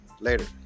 later